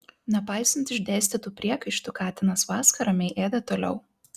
nepaisant išdėstytų priekaištų katinas vaska ramiai ėda toliau